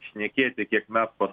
šnekėti kiek mes